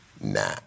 Nah